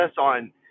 on